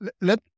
let